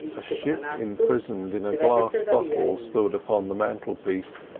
a ship imprisoned in a glass bottle stood upon the mantelpiece,